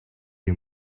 you